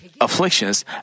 afflictions